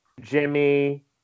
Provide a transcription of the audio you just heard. Jimmy